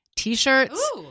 T-shirts